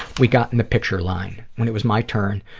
we got in the picture line. when it was my turn,